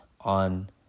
on